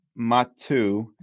Matu